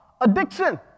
Addiction